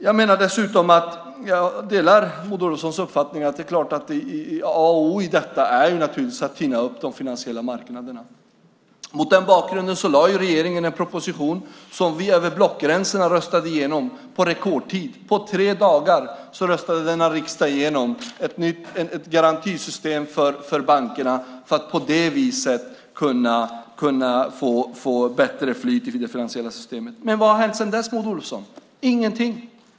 Jag delar Maud Olofssons uppfattning att A och O i detta naturligtvis är att tina upp de finansiella marknaderna. Mot den bakgrunden lade regeringen fram en proposition som vi över blockgränserna röstade igenom på rekordtid. På tre dagar röstade denna riksdag igenom ett garantisystem för bankerna för att på det viset kunna få bättre flyt i de finansiella systemen. Men vad har hänt sedan dess, Maud Olofsson? Ingenting!